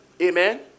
Amen